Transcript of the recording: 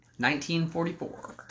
1944